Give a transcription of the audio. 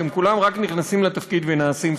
שהם כולם רק נכנסים לתפקיד ונעשים שמאלנים.